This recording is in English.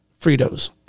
Fritos